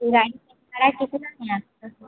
गाड़ी का भाड़ा कितना है आपका